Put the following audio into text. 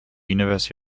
university